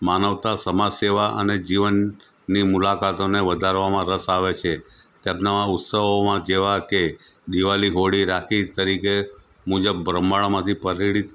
માનવતા સમાજ સેવા અને જીવનની મુલાકાતોને વધારવામાં રસ આવે છે ત્યાં નવા ઉત્સવોમાં જેવા કે દિવાળી હોળી રાખી તરીકે મુજબ બ્રહ્માંડમાંથી પરીળીત